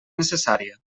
necessària